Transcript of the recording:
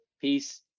Peace